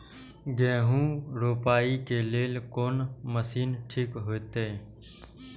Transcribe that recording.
गेहूं रोपाई के लेल कोन मशीन ठीक होते?